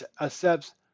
accepts